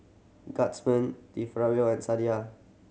Guardsman De and Sadia